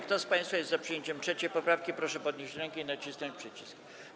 Kto z państwa jest za przyjęciem 3. poprawki, proszę podnieść rękę i nacisnąć przycisk.